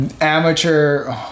amateur